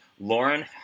Lauren